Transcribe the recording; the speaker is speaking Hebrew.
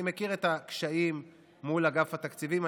ואני מכיר את הקשיים מול אגף התקציבים.